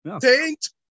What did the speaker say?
Taint